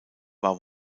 war